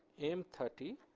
m thirty